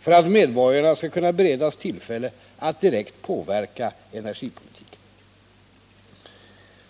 för att medborgarna skall kunna beredas tillfälle att direkt påverka energipolitiken.